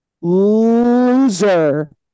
loser